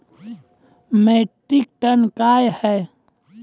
Metric tonne कया हैं?